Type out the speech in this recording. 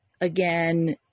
again